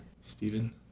Stephen